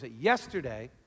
Yesterday